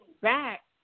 back